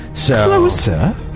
Closer